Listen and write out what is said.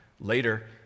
Later